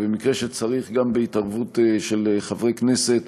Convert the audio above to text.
ובמקרה שצריך גם בהתערבות של חברי כנסת,